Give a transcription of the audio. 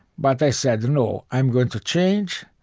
but i said, no. i'm going to change.